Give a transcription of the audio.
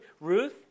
Ruth